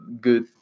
good